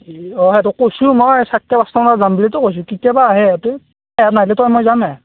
অঁ সেহাঁতক কৈছোঁ মই চাৰিটা পাঁচটা মানত যাম বুলিতো কৈছোঁ কেতিয়াবা আহে সেহাঁতে সেহাঁত নাহিলি তই মই যামেই